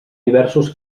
diversos